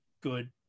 good